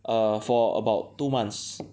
err for about two months